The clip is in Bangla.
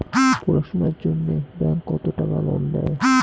পড়াশুনার জন্যে ব্যাংক কত টাকা লোন দেয়?